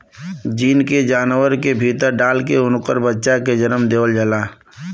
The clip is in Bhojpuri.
जीन के जानवर के भीतर डाल के उनकर बच्चा के जनम देवल जाला